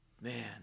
man